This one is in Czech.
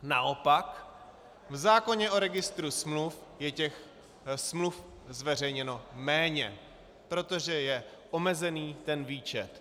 Naopak v zákoně o registru smluv je smluv zveřejněno méně, protože je omezený výčet.